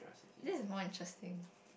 this is more interesting